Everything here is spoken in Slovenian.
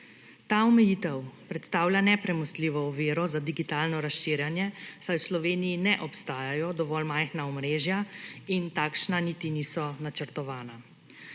Ta omejitev predstavlja nepremostljivo oviro za digitalno razširjanje, saj v Sloveniji ne obstajajo dovolj majhna omrežja in takšna niti niso načrtovana.